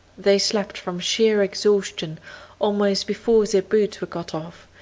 they slept from sheer exhaustion almost before their boots were got off,